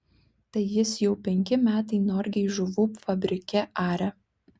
tai jis jau penki metai norgėj žuvų fabrike aria